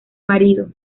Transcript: marido